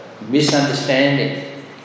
misunderstanding